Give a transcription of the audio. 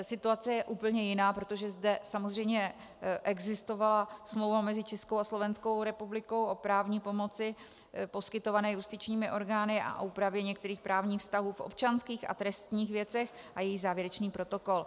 Situace je úplně jiná, protože zde samozřejmě existovala smlouva mezi Českou a Slovenskou republikou o právní pomoci poskytované justičními orgány a o úpravě některých právních vztahů v občanských a trestních věcech a její závěrečný protokol.